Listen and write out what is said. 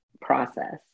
process